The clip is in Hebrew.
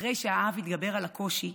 אחרי שהאב התגבר על הקושי,